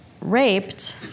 raped